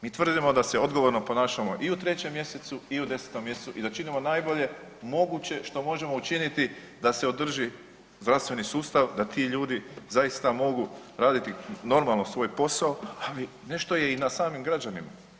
Mi tvrdimo da se odgovorno ponašamo i u 3. mjesecu i u 10. mjesecu i da činimo najbolje moguće što možemo učiniti da se održi zdravstveni sustav da ti ljudi zaista mogu raditi normalno svoj posao, ali nešto je i na samim građanima.